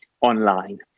online